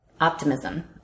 optimism